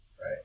Right